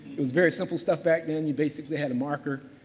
it was very simple stuff back then. you basically had a marker,